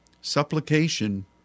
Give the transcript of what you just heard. supplication